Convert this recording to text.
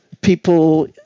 People